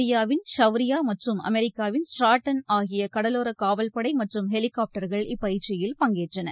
இந்தியாவின் ஷவ்ரியா மற்றும் அமெரிக்காவின் ஸ்ட்ராட்டன் ஆகிய கடலோர காவல்படை மற்றும் ஹெலிகாப்டர்கள் இப்பயிற்சியில் பங்கேற்றன